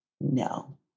No